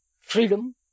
freedom